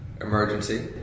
emergency